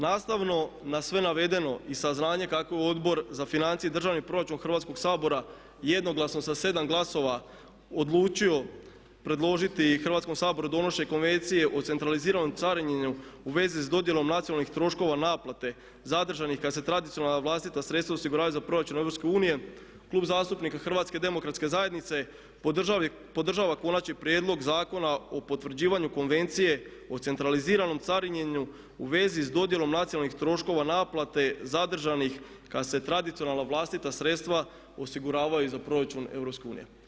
Nastavno na sve navedeno i saznanje kako Odbor za financije i državni proračun Hrvatskog sabora jednoglasno sa 7 glasova odlučio predložiti Hrvatskom saboru donošenje Konvencije o centraliziranom carinjenju u vezi s dodjelom nacionalnih troškova naplate zadržanih kad se tradicionalna vlastita sredstva osiguravaju za proračun EU, Klub zastupnika HDZ-a podržava Konačni prijedlog Zakona o potvrđivanju o centraliziranom carinjenju u vezi s dodjelom nacionalnih troškova naplate za zadržanih kad se tradicionalna vlastita sredstva osiguravaju za proračun EU.